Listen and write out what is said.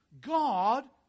God